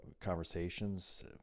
conversations